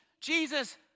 Jesus